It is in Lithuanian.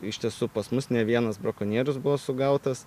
iš tiesų pas mus ne vienas brakonierius buvo sugautas